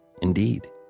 Indeed